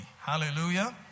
Hallelujah